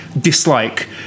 dislike